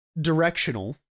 directional